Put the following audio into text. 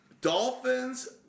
Dolphins